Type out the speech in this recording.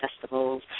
festivals